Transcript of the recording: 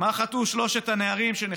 מה חטאו שלושת הנערים שנחטפו?